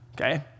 okay